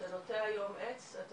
אתה נוטע היום עץ, אתה